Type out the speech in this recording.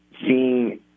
seeing